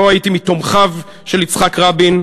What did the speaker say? לא הייתי מתומכיו של יצחק רבין,